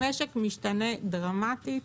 המשק משתנה דרמטית,